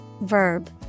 verb